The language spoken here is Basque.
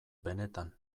benetan